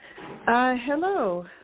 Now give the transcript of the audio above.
Hello